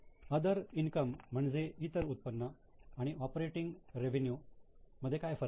other income म्हणजेच इतर उत्पन्न आणि ऑपरेटिंग रेवेन्यू मध्ये काय फरक आहे